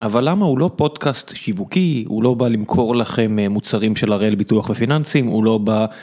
אבל למה הוא לא פודקאסט שיווקי, הוא לא בא למכור לכם מוצרים של הראל ביטוח ופיננסים, הוא לא בא...